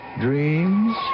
dreams